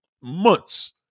Months